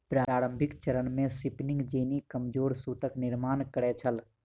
प्रारंभिक चरण मे स्पिनिंग जेनी कमजोर सूतक निर्माण करै छल